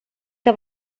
que